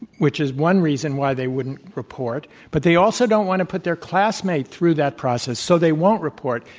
which is one reason why they wouldn't report, but they also don't want to put their classmate through that process so they won't report.